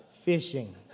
fishing